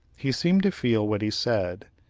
he seemed to feel what he said,